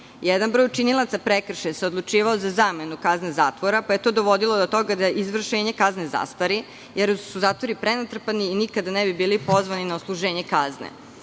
Jedan broj učinilaca prekršaja se odlučivao za zamenu kazne zatvora, pa je to dovodilo do toga da izvršenje kazne zastari, jer su zatvori prenatrpani i nikada ne bi bili pozvani na odsluženje kazne.